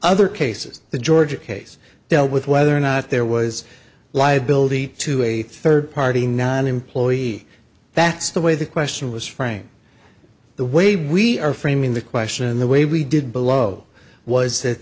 other cases the georgia case dealt with whether or not there was liability to a third party not an employee that's the way the question was framed the way we are framing the question the way we did below was that